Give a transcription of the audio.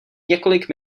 několik